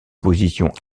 positions